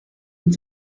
und